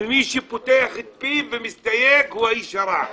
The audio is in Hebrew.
ומי שפותח את פיו ומסתייג הוא האיש הרע.